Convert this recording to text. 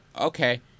okay